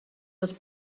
les